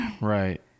Right